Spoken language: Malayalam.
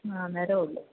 ആ അന്നേരമേ ഉള്ളൂ